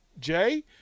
Jay